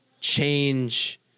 change